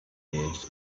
years